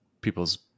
people's